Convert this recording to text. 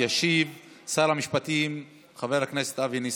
ישיב שר המשפטים חבר הכנסת אבי ניסנקורן.